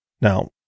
Now